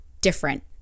different